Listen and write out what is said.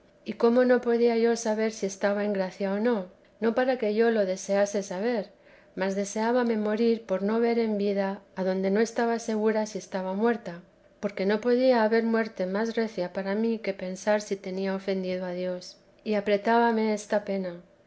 y como no podía yo saber si estaba en gracia o no no para que yo lo deseaso saber mas deseábame morir por no me ver en vida adonde no estaba segura si estaba muerta porque no podía haber muerte más recia para mí que pensar si tenía ofendido a dios y apretábame esta pena